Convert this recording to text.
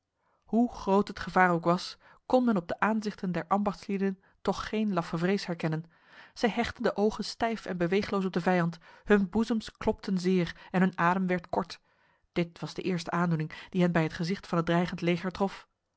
hoe groot het gevaar ook was kon men op de aanzichten der ambachtslieden toch geen laffe vrees herkennen zij hechtten de ogen stijf en beweegloos op de vijand hun boezems klopten zeer en hun adem werd kort dit was de eerste aandoening die hen bij het gezicht van het dreigend leger trof